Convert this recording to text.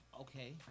Okay